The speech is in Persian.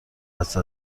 حدس